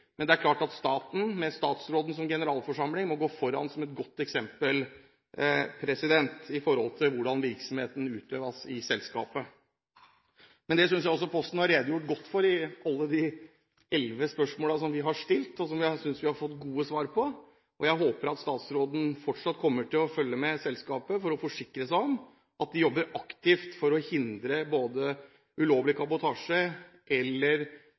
Men det er klart at Posten – med statsråden som generalforsamling – må gå foran med et godt eksempel med hensyn til hvordan virksomheten i selskapet utøves. Det synes jeg Posten har redegjort godt for i alle de elleve spørsmålene som vi har stilt, og som jeg synes vi har fått gode svar på. Jeg håper statsråden fortsatt kommer til å følge med selskapet for å forsikre seg om at de jobber aktivt for å hindre både ulovlig kabotasje